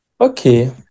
Okay